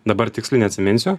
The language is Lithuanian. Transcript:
dabar tiksliai neatsiminsiu